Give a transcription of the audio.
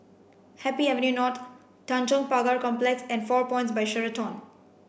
Happy Avenue Not Tanjong Pagar Complex and Four Points By Sheraton